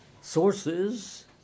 sources